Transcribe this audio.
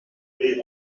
créez